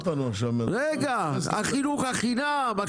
החינוך חינם,